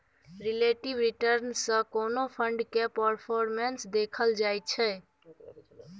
relative return सँ कोनो fund केर परफॉर्मेस देखल जाइ छै